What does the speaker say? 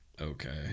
Okay